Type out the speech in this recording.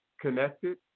connected